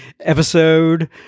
episode